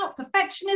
perfectionism